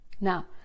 Now